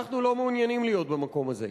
אנחנו לא מעוניינים להיות במקום הזה.